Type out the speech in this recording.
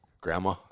Grandma